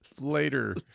Later